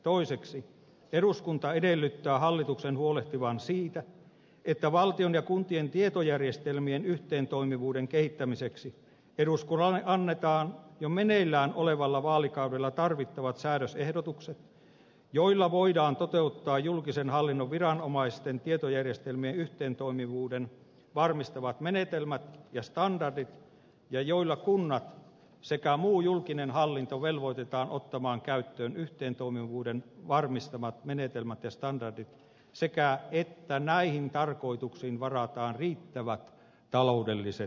toiseksi eduskunta edellyttää hallituksen huolehtivan siitä että valtion ja kuntien tietojärjestelmien yhteentoimivuuden kehittämiseksi eduskunnalle annetaan jo meneillään olevalla vaalikaudella tarvittavat säädösehdotukset joilla voidaan toteuttaa julkisen hallinnon viranomaisten tietojärjestelmien yhteentoimivuuden varmistavat menetelmät ja standardit ja joilla kunnat sekä muu julkinen hallinto velvoitetaan ottamaan käyttöön yhteentoimivuuden varmistavat menetelmät ja standardit sekä että näihin tarkoituksiin varataan riittävät taloudelliset resurssit